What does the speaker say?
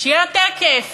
שיהיה יותר כיף.